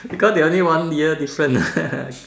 because they only one year difference